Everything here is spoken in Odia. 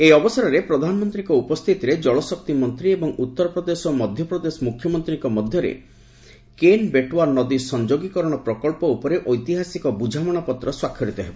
ଏହି ଅବସରରେ ପ୍ରଧାନମନ୍ତ୍ରୀଙ୍କ ଉପସ୍ଥିତିରେ ଜଳ ଶକ୍ତି ମନ୍ତ୍ରୀ ଏବଂ ଉତ୍ତରପ୍ରଦେଶ ଓ ମଧ୍ୟପ୍ରଦେଶ ମୁଖ୍ୟମନ୍ତ୍ରୀଙ୍କ ମଧ୍ୟରେ କେନ୍ ବେଟୱା ନଦୀ ସଂଯୋଗୀକରଣ ପ୍ରକ୍ସ ଉପରେ ଏବିହାସିକ ବ୍ରଝାମଶାପତ୍ର ସ୍ୱାକ୍ଷରିତ ହେବ